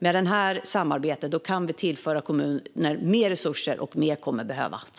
I och med detta samarbete kan vi tillföra kommunerna mer resurser, och mer kommer att behövas.